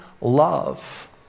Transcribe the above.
love